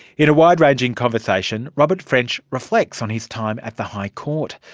in a wide ranging conversation robert french reflects on his time at the high court.